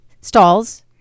stalls